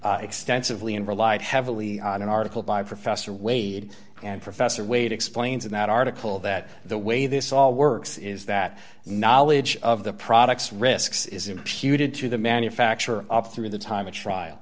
cited extensively and relied heavily on an article by professor wade and professor wade explains in that article that the way this all works is that knowledge of the products risks is imputed to the manufacturer up through the time of trial